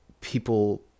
people